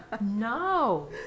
no